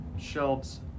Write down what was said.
shelves